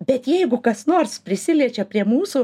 bet jeigu kas nors prisiliečia prie mūsų